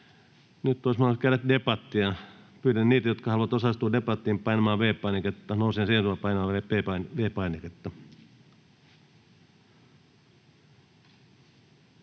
Nyt olisi mahdollisuus käydä debattia. Pyydän heitä, jotka haluavat osallistua debattiin, nousemaan seisomaan ja painamaan V-painiketta.